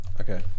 Okay